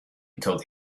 until